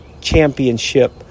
championship